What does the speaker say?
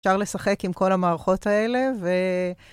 אפשר לשחק עם כל המערכות האלה ו...